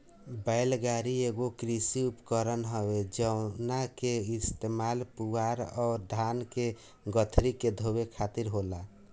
बैल गाड़ी एगो कृषि उपकरण हवे जवना के इस्तेमाल पुआल चाहे घास के गठरी के ढोवे खातिर होला